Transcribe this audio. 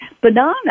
banana